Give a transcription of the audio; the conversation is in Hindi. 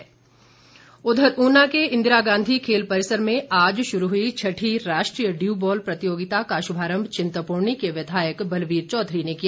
ड्यू बॉल उधर ऊना के इंदिरा गांधी खेल परिसर में आज शुरू हुई छठी राष्ट्रीय ड्यू बॉल प्रतियोगिता का शुभारंभ चिंतपूर्णी के विधायक बलवीर चौधरी ने किया